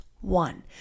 one